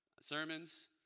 Sermons